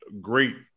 great